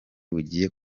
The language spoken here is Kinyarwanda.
bugiye